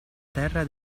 terra